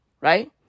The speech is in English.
Right